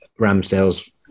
Ramsdale's